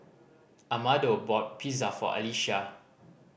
Amado bought Pizza for Alisha